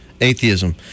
atheism